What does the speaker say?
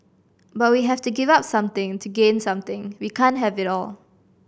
but we have to give up something to gain something we can't have it all